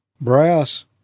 Brass